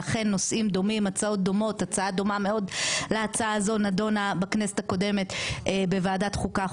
אכן הצעה דומה מאוד להצעה הזאת נדונה בכנסת הקודמת בוועדת חוקה,